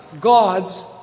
God's